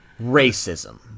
Racism